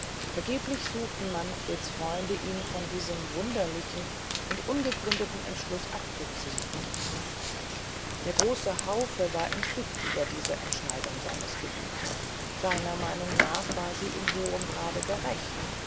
vergeblich suchten manfreds freunde ihn von diesem wunderlichen und ungegründeten entschluß abzuziehn der große hause war entzückt über die entscheidung seines gebieters seiner meinung nach war sie in hohem grade gerecht